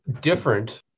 different